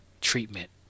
treatment